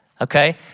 Okay